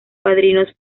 padrinos